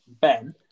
Ben